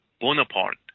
Bonaparte